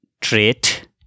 trait